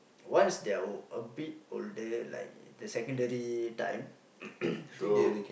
once they are a bit older like the secondary time so